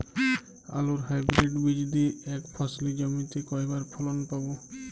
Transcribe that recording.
আলুর হাইব্রিড বীজ দিয়ে এক ফসলী জমিতে কয়বার ফলন পাব?